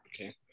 Okay